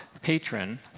patron